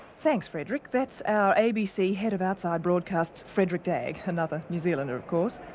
thanks frederick, that's our abc, head of outside broadcasts frederick dagg, another new zealander of course.